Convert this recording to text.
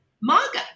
MAGA